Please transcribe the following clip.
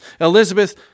Elizabeth